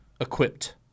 equipped